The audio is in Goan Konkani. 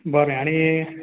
बरें आनी